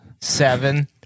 Seven